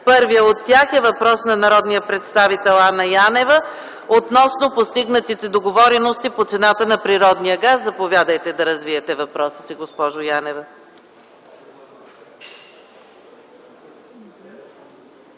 Първият от тях е въпрос на народния представител Анна Янева относно постигнатите договорености по цената на природния газ. Заповядайте да развиете въпроса си, госпожо Янева.